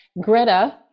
Greta